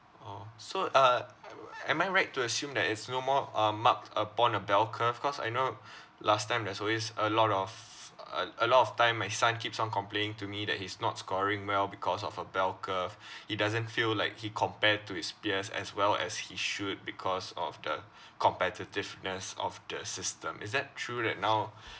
orh so uh am I right to assume that it's no more uh mark upon a bell curve cause I know last time there's always a lot of f~ uh a lot of time my son keeps on complaining to me that he's not scoring well because of a bell curve he doesn't feel like he compared to his peers as well as he should because of the competitiveness of the system is that true that now